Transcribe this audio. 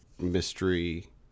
mystery